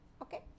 Okay